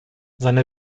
seine